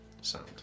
sound